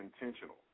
intentional